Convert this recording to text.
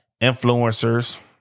influencers